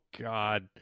God